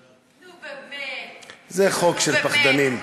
זה חוק של פחדנים.